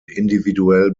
individuell